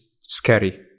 scary